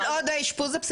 עדיין יש בעיות, רויטל.